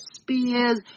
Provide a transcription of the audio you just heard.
spears